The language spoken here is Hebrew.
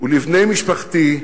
ולבני משפחתי,